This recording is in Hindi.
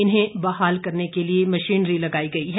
इन्हें बहाल करने के लिए मशीनरी लगाई गई हैं